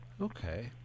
Okay